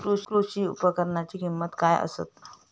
कृषी उपकरणाची किमती काय आसत?